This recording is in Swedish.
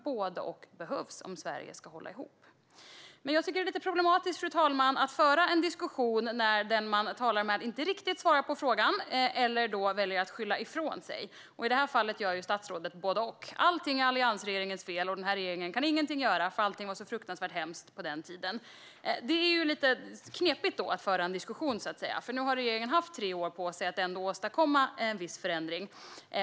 Båda behövs om Sverige ska hålla ihop. Fru talman! Det är lite problematiskt att föra en diskussion när den man talar med inte riktigt svarar på frågan eller väljer att skylla ifrån sig. I det här fallet gör statsrådet både ock. Allting är alliansregeringens fel, och den här regeringen kan ingenting göra eftersom allting var så fruktansvärt hemskt på den tiden. Det är lite knepigt att då föra en diskussion. Nu har regeringen haft tre år på sig att åstadkomma en viss förändring.